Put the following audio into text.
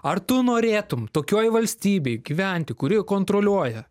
ar tu norėtum tokioj valstybėj gyventi kuri kontroliuoja